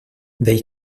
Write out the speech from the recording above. they